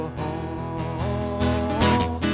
home